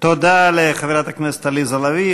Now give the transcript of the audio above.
תודה לחברת הכנסת עליזה לביא.